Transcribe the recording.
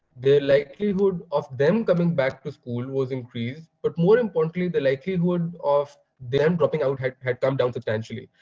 the likelihood of them coming back to school was increased. but more importantly, the likelihood of them dropping out had had come down substantially.